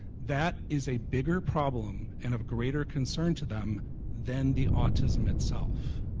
that is a bigger problem and of greater concern to them than the autism itself.